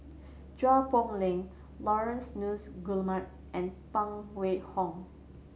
Chua Poh Leng Laurence Nunns Guillemard and Phan Wait Hong